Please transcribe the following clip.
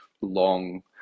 long